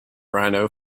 rhino